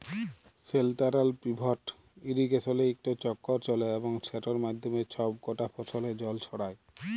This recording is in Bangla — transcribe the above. সেলটারাল পিভট ইরিগেসলে ইকট চক্কর চলে এবং সেটর মাধ্যমে ছব কটা ফসলে জল ছড়ায়